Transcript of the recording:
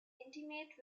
intimate